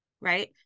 right